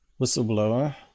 whistleblower